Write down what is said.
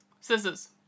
Scissors